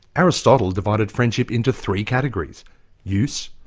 aristotle divided friendship into three categories use,